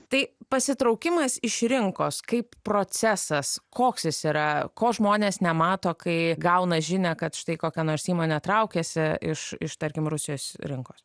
tai pasitraukimas iš rinkos kaip procesas koks jis yra ko žmonės nemato kai gauna žinią kad štai kokia nors įmonė traukiasi iš iš tarkim rusijos rinkos